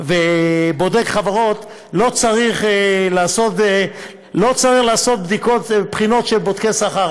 ובודק חברות לא צריך לעשות בחינות של בודקי שכר.